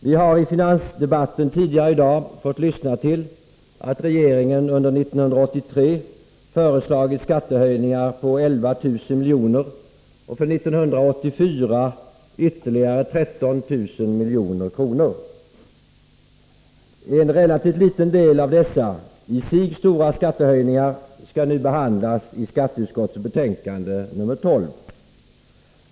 Vi har i finansdebatten tidigare i dag fått höra att regeringen under 1983 föreslagit skattehöjningar på 11 miljarder kronor och för 1984 på ytterligare 13 miljarder kronor. En relativt liten del av dessa i sig stora skattehöjningar behandlas i skatteutskottets betänkande nr 12.